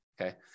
okay